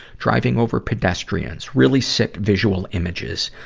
driving over pedestrians. really sick visual images.